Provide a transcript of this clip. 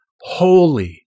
holy